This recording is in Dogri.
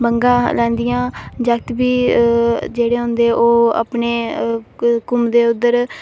बंगा लैंदियां जागत भी जेह्ड़े होदे ओह् अपने घूमदे उद्धर